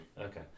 Okay